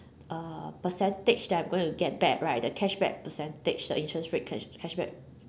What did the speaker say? uh percentage that I'm gonna get back right the cashback percentage the interest rate cash~ cashback